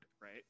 right